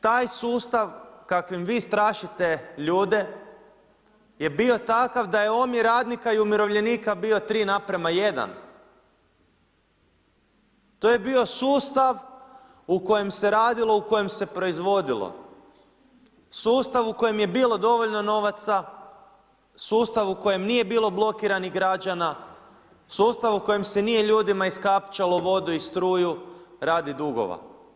Taj sustav kakvim vi strašite ljude je bio takav da je omjer radnika i umirovljenika bio 3:1, to je bio sustav u kojem se radilo, u kojem se proizvodilo, sustav u kojem je bilo dovoljno novaca, sustav u kojem nije bilo blokiranih građana, sustav u kojem se nije ljudima iskapčalo vodu i struju radi dugova.